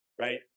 right